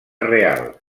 real